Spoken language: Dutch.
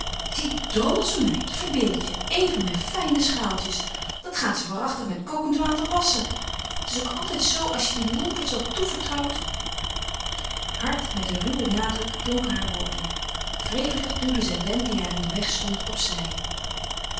die drommelsche meid verbeeld je een van mijn fijne schaaltjes dat gaat ze waarachtig met kokend water wasschen het is ook altijd zoo als je die lomperts wat toevertrouwt hard met een ruwen nadruk klonken haar woorden wrevelig duwde zij ben die haar in den weg stond opzij